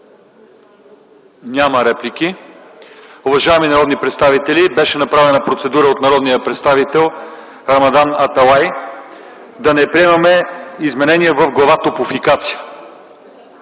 Няма. Уважаеми народни представители, беше направена процедура от народния представител Рамадан Аталай да не приемаме изменения в глава „Топлофикация”.